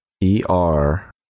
E-R